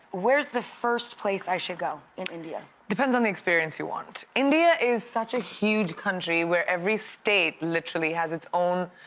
where's the first place i should go? in india. depends on the experience you want. india is such a huge country where every state literally has its own,